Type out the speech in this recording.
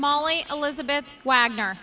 molly elizabeth wagner